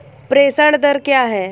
प्रेषण दर क्या है?